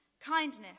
kindness